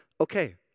Okay